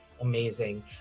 Amazing